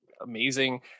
amazing